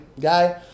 guy